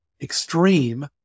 extreme